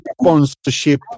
sponsorship